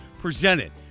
presented